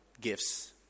gifts